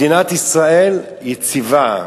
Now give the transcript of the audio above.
מדינת ישראל יציבה,